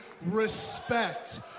respect